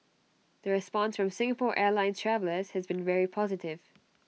the response from Singapore airlines travellers has been very positive